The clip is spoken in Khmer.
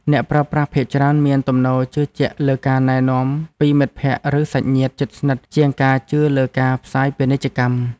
អ្នកប្រើប្រាស់ភាគច្រើនមានទំនោរជឿជាក់លើការណែនាំពីមិត្តភក្តិឬសាច់ញាតិជិតស្និទ្ធជាងការជឿលើការផ្សាយពាណិជ្ជកម្ម។